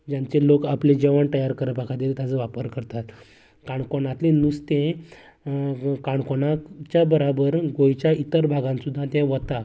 जेंचे लोक आपले जेवण तयार करपा खातीर ताचो वापर करतात काणकोणांतले नुस्तें काणकोणांच्या बराबर गोंयच्या इतर भागांत सुद्दां तें वता